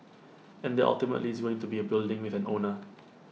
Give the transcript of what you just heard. and that ultimately is going to be A building with an owner